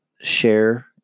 share